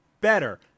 better